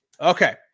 Okay